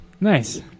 Nice